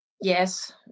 Yes